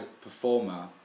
performer